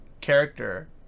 character